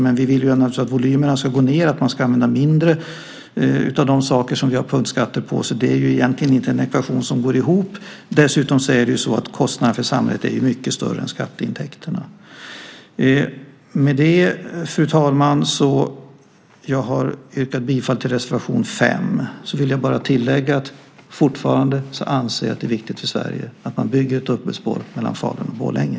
Men vi vill naturligtvis att volymerna ska gå ned, att man ska använda mindre av de saker som vi har punktskatter på. Det är egentligen inte en ekvation som går ihop. Dessutom är kostnaden för samhället mycket större än skatteintäkterna. Fru talman! Jag har yrkat bifall till reservation 5. Jag vill bara tillägga att jag fortfarande anser att det är viktigt för Sverige att man bygger ett dubbelspår mellan Falun och Borlänge.